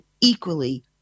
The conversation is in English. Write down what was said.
equally